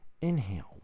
Inhale